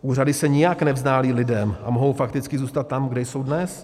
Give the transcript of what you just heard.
Úřady se nijak nevzdálí lidem a mohou fakticky zůstat tam, kde jsou dnes.